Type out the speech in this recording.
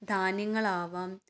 ധാന്യങ്ങളാവാം